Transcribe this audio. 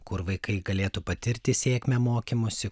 kur vaikai galėtų patirti sėkmę mokymosi